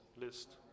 list